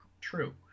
True